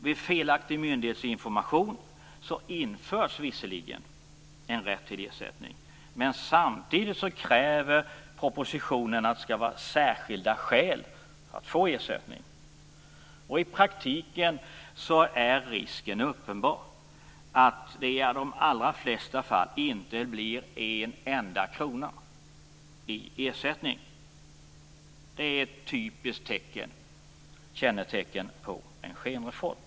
Vid felaktig myndighetsinformation införs visserligen en rätt till ersättning, men i propositionen krävs det samtidigt att det skall finnas särskilda skäl för att man skall få ersättning. Risken är uppenbar att det i praktiken i de allra flesta fall inte blir en enda krona i ersättning. Det är ett typiskt kännetecken för en skenreform.